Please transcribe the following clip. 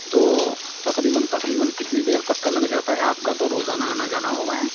تو تقریباً تقریباً کتنی دیر تک کا لگ جاتا ہے آپ کا تو روزانہ آنا جانا ہوگا یہاں